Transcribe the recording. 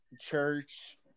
church